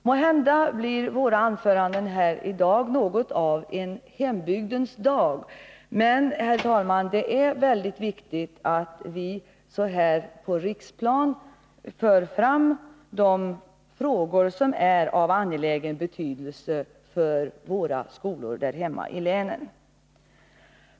Måhända har våra anföranden här i dag något av ”hembygdens dag” över sig, men, herr talman, det är mycket viktigt att på riksplanet föra fram de frågor som är angelägna för våra skolor hemma i länen.